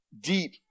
Deep